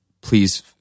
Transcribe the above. please